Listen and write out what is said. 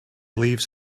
leaves